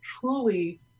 truly